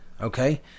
okay